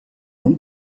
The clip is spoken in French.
non